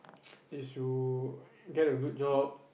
is to get a good job